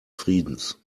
friedens